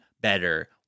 better